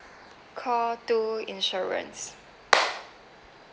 call two insurance